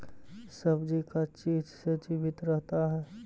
सब्जी का चीज से जीवित रहता है?